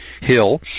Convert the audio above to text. hill